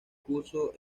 curso